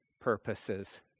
purposes